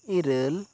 ᱤᱨᱟᱹᱞ